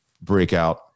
breakout